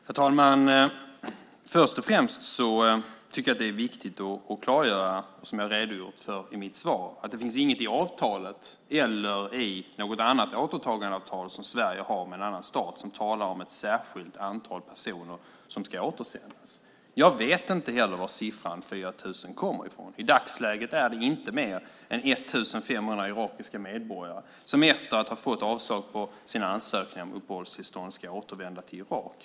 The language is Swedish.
Herr talman! Först och främst tycker jag att det är viktigt att klargöra, som jag har redogjort för i mitt svar, att det i avtalet eller i något annat återtagandeavtal som Sverige har med en annan stat inte finns något som talar om ett särskilt antal personer som ska återsändas. Jag vet inte heller var siffran 4 000 kommer ifrån. I dagsläget är det inte mer än 1 500 irakiska medborgare som efter att ha fått avslag på sina ansökningar om uppehållstillstånd ska återvända till Irak.